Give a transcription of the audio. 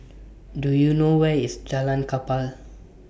Do YOU know Where IS Jalan Kapal